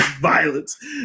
Violence